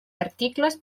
articles